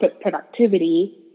productivity